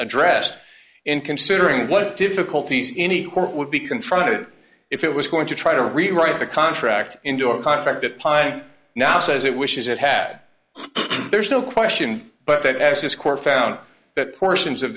addressed in considering what difficulties any court would be confronted if it was going to try to rewrite the contract into a contract that pine now says it wishes it had there's no question but that as this court found that portions of